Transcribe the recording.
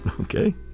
Okay